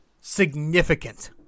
Significant